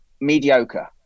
mediocre